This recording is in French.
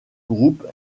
groupe